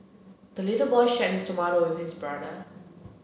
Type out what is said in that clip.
the little boy shared his tomato with his brother